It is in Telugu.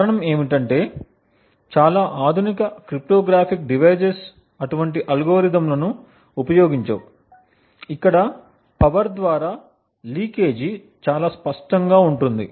కారణం ఏమిటంటే చాలా ఆధునిక క్రిప్టోగ్రాఫిక్ డివైసెస్ అటువంటి అల్గోరిథంలను ఉపయోగించవు ఇక్కడ పవర్ ద్వారా లీకేజ్ చాలా స్పష్టంగా ఉంటుంది